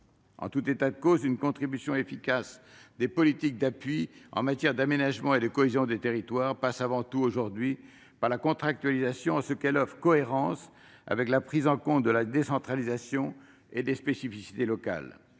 En tout état de cause, une contribution efficace des politiques d'appui en matière d'aménagement et de cohésion passe avant tout aujourd'hui par la contractualisation, en ce qu'elle offre de cohérence avec la prise en compte de la décentralisation et des spécificités locales.